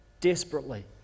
desperately